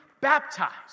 baptized